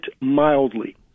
mildly